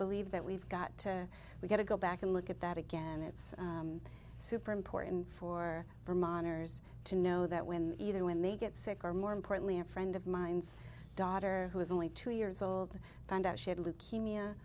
believe that we've got to we've got to go back and look at that again it's super important for from honors to know that when either when they get sick or more importantly a friend of mine's daughter who is only two years old found out she had leukemia